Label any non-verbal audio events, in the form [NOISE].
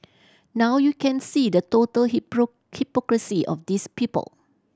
now you can see the total [UNINTELLIGIBLE] hypocrisy of these people